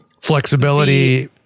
Flexibility